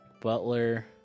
butler